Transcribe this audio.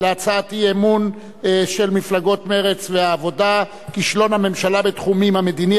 להצעת האי-אמון של מפלגות מרצ והעבודה: כישלון הממשלה בתחום המדיני,